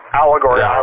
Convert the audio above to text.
allegory